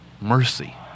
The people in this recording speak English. mercy